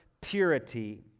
purity